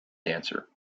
dancer